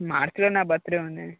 మార్చిలో నా బర్త్డే ఉంది